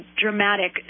dramatic